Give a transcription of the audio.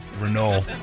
Renault